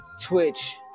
Twitch